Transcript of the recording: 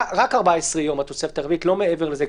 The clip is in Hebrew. רק 14 ימים התוספת הרביעית ולא מעבר לזה.